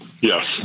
yes